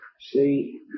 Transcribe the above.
See